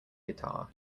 guitar